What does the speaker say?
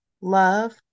love